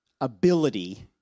ability